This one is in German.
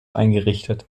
eingerichtet